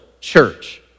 church